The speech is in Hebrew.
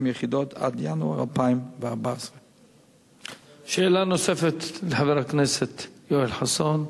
יחידות עד ינואר 2014. שאלה נוספת לחבר הכנסת יואל חסון.